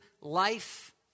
life